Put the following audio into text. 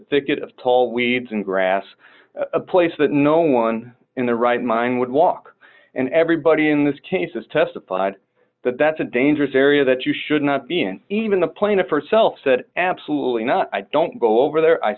thicket of tall weeds and grass a place that no one in their right mind would walk and everybody in this case has testified that that's a dangerous area that you should not be in even the plaintiff herself said absolutely not i don't go over there i